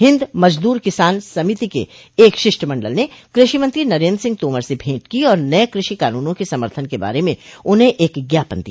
हिन्द मजदूर किसान समिति के एक शिष्टमंडल ने कृषि मंत्री नरेन्द्र सिंह तोमर से भेंट की और नये कृषि कानूनों के समर्थन के बारे में उन्हें एक ज्ञापन दिया